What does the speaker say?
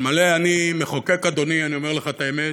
אלמלא אני מחוקק, אדוני, אני אומר לך את האמת,